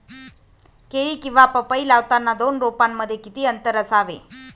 केळी किंवा पपई लावताना दोन रोपांमध्ये किती अंतर असावे?